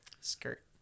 skirt